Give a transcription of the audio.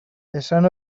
esan